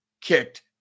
kicked